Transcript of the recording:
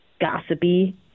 gossipy